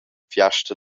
fiasta